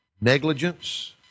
negligence